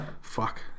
fuck